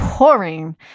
Pouring